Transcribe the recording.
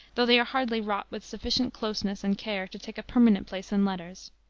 though they are hardly wrought with sufficient closeness and care to take a permanent place in letters.